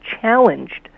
challenged